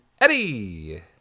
Eddie